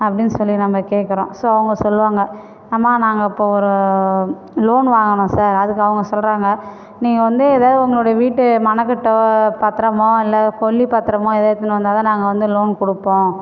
அப்படின்னு சொல்லி நம்ம கேட்குறோம் ஸோ அவங்க சொல்லுவாங்கள் அம்மா நாங்கள் இப்போ ஒரு லோன் வாங்கணும் சார் அதுக்கு அவங்க சொல்லுறாங்க நீங்கள் வந்து ஏதாவது உங்களோடைய வீட்டு மனக்கட்டோ பத்திரமோ இல்லை கொல்லி பத்திரமோ ஏதாவது எடுத்துன்னு வந்தால் தான் நாங்கள் வந்து லோன் கொடுப்போம்